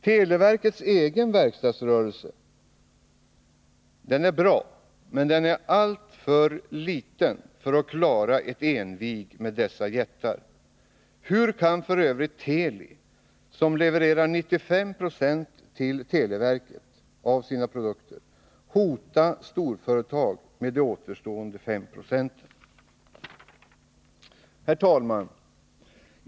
Televerkets egen verkstadsrörelse är bra, men den är för liten för att klara ett envig med dessa jättar. Hur kan f. ö. Teli, som levererar 95 96 av sina produkter till televerket, hota dessa storföretag med de återstående 5 Herr talman!